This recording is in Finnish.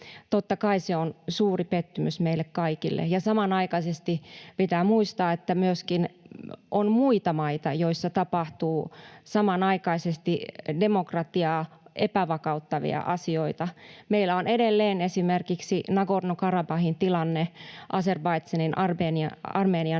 Totta kai se on suuri pettymys meille kaikille. Ja samanaikaisesti pitää muistaa, että on myöskin muita maita, joissa tapahtuu samanaikaisesti demokratiaa epävakauttavia asioita. Meillä on edelleen esimerkiksi Nagorno-Karabahin tilanne Azerbaidžanin, Armenian alueella,